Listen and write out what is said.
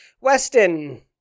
Weston